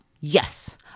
yes